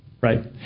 right